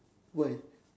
why